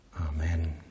Amen